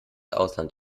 ausland